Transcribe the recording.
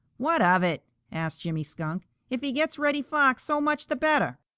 what of it? asked jimmy skunk. if he gets reddy fox, so much the better.